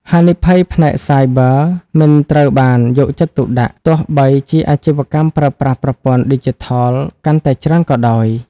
ហានិភ័យផ្នែកសាយប័រ មិនត្រូវបានយកចិត្តទុកដាក់ ទោះបីជាអាជីវកម្មប្រើប្រាស់ប្រព័ន្ធឌីជីថលកាន់តែច្រើនក៏ដោយ។